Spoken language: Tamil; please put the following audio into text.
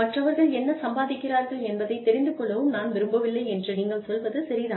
மற்றவர்கள் என்ன சம்பாதிக்கிறார்கள் என்பதைத் தெரிந்து கொள்ளவும் நான் விரும்பவில்லை என்று நீங்கள் சொல்வது சரி தான்